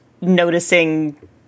noticing